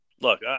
Look